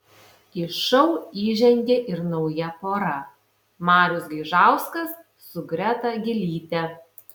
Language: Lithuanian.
į šou įžengė ir nauja pora marius gaižauskas su greta gylyte